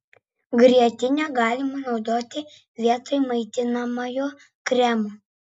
grietinę galima naudoti vietoj maitinamojo kremo